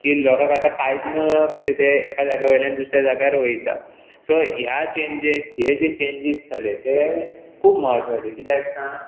की लोकांक आतां कांयत न्हय कशें ते एका जाग्या वयल्यान दुसऱ्या जाग्यार वता सो ह्या चेंजीक हे जे चेंजीस जाले ते खूब म्हत्वाचे कित्याक सांग